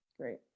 Great